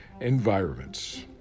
environments